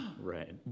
Right